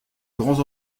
grands